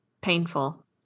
painful